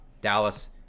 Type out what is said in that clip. Dallas